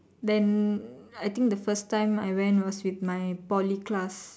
then I think the first time I went was with my Poly class